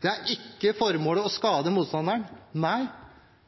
Det er ikke formålet å skade motstanderen. Nei,